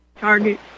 Target